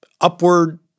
upward